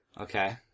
Okay